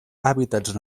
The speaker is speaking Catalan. hàbitats